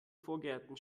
vorgärten